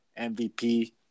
MVP